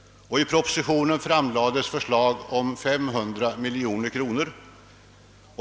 I propositionen framlades förslag om kreditgarantier på 500 miljoner kronor.